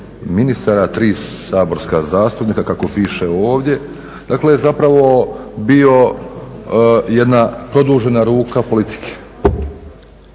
ministara, 3 saborska zastupnika kako piše ovdje, dakle zapravo bio jedna produžena ruka politike